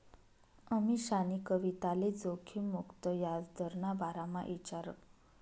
अमीशानी कविताले जोखिम मुक्त याजदरना बारामा ईचारं